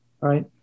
right